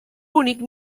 bonic